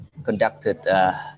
conducted